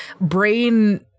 brain